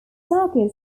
occurs